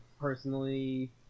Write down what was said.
personally